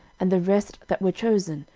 and the rest that were chosen,